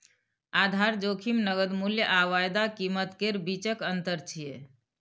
आधार जोखिम नकद मूल्य आ वायदा कीमत केर बीचक अंतर छियै